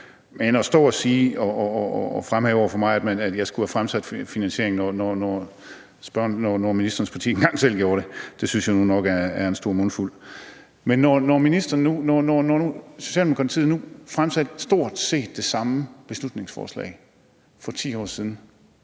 Men at stå og fremhæve over for mig, at jeg skulle have fundet finansieringen, når ministerens parti engang gjorde det samme, synes jeg jo nok er en stor mundfuld. Men når Socialdemokratiet fremsatte stort set det samme beslutningsforslag for 10 år siden,